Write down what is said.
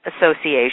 Association